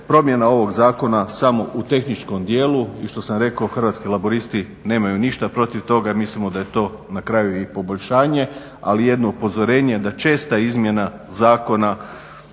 promjena ovog zakona samo u tehničkom dijelu i što sam rekao Hrvatski laburisti nemaju ništa protiv toga, mislimo da je to na kraju i poboljšanje. Ali jedno upozorenje, da česta izmjena zakona